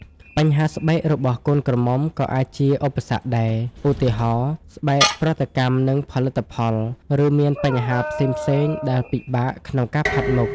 បញ្ហាស្បែករបស់កូនក្រមុំក៏អាចជាឧបសគ្គដែរ ឧទាហរណ៍ ស្បែកប្រតិកម្មនឹងផលិតផល ឬមានបញ្ហាផ្សេងៗដែលពិបាកក្នុងការផាត់មុខ។